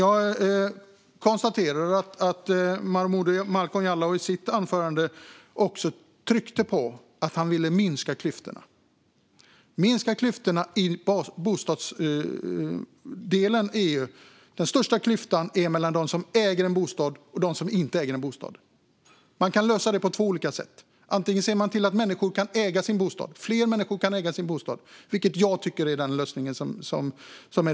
Jag konstaterar dock att Momodou Malcolm Jallow tryckte på att han vill minska klyftorna. Den största klyftan när det gäller boende går mellan dem som äger en bostad och dem som inte äger en bostad, och det kan man lösa på två olika sätt. Antingen ser man till att fler människor kan äga sin bostad, vilket jag tycker är den bästa lösningen.